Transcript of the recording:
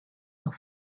are